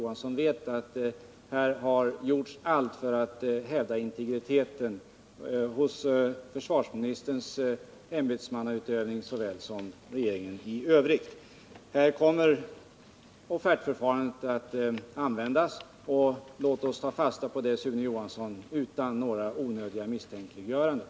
Allt har gjorts för utt hävda integriteten i försvarsministerns ämbetsutövning. Offertförfarandet kommer att användas i detta sammanhang, Sune Johansson, och låt oss ta fasta på det utan några onödiga misstänkliggöranden.